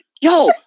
Yo